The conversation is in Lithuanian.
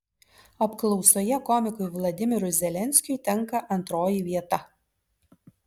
apklausoje komikui vladimirui zelenskiui tenka antroji vieta